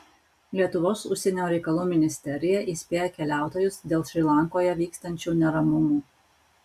lietuvos užsienio reikalų ministerija įspėja keliautojus dėl šri lankoje vykstančių neramumų